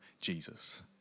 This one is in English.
Jesus